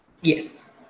yes